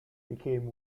became